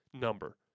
number